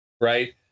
right